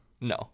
no